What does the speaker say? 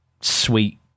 sweet